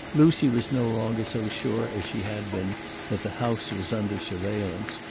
lucy was no longer so sure as she had been that the house was under surveillance,